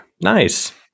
nice